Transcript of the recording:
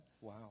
Wow